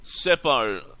Seppo